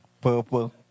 purple